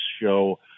show